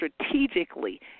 strategically